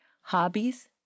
Hobbies